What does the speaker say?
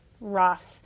rough